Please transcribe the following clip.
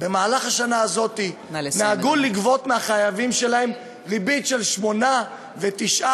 במהלך השנה הזאת דאגו לגבות מהחייבים שלהם ריבית של 8% ו-9%,